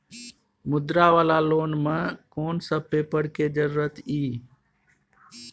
मुद्रा वाला लोन म कोन सब पेपर के जरूरत इ?